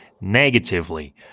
negatively